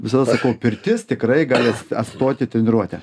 visada sakau pirtis tikrai gali atstoti treniruotę